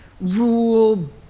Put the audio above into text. rule